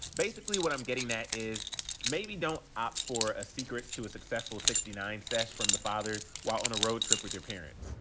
basically what i'm getting at is maybe don't opt for a secrets to a successful sixty nine sesh from the fathers while on a roadtrip with your parents.